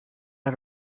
are